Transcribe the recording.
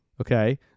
okay